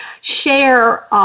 share